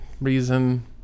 reason